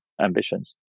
ambitions